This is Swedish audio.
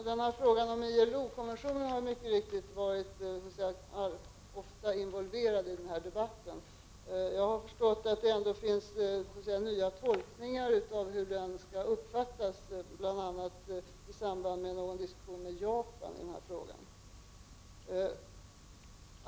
Herr talman! Frågan om ILO-konventionen har mycket riktigt ofta varit involverad i denna debatt. Jag har förstått att det ändå görs nya tolkningar av den — det gjordes bl.a. i samband med en diskussion med Japan.